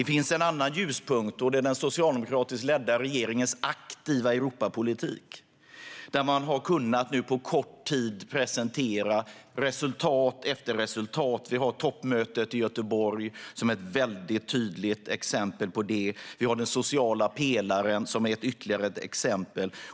En annan ljuspunkt är den socialdemokratiskt ledda regeringens aktiva Europapolitik, där man nu på kort tid har kunnat presentera resultat efter resultat. Toppmötet i Göteborg är ett mycket tydligt exempel på det. Den sociala pelaren är ytterligare ett exempel.